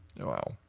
Wow